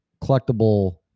collectible